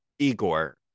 Igor